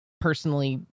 personally